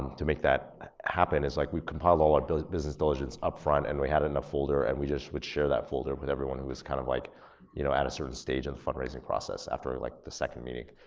to make that happen is like we compiled all our business diligence upfront and we had it in a folder and we just would share that folder with everyone who was kinda kind of like you know and a certain stage in the fundraising process after like the second meeting.